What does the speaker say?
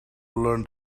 learn